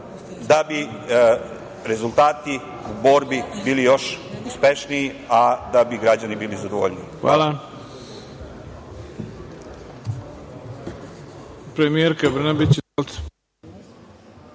da bi rezultati u borbi bili još uspešniji, a da bi građani bili zadovoljniji.